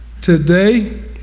today